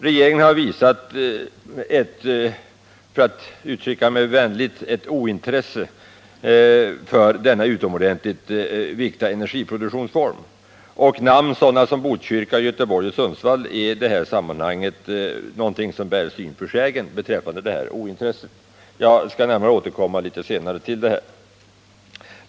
Regeringen har, för att uttrycka mig vänligt, visat ett ointresse för denna utomordentligt viktiga energiproduktions form. Namn som Botkyrka, Göteborg och Studsvik bär i detta sammanhang syn för sägen. Jag skall senare gå in litet närmare på detta.